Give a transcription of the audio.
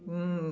mm